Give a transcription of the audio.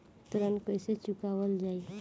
ऋण कैसे चुकावल जाई?